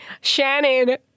Shannon